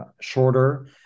shorter